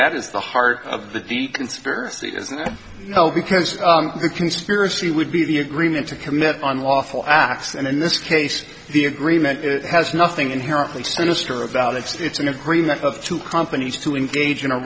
that is the heart of the deep conspiracy because the conspiracy would be the agreement to commit unlawful acts and in this case the agreement is it has nothing inherently sinister about it it's an agreement of two companies to engage in a